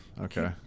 Okay